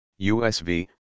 USV